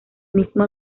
mismo